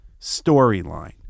storyline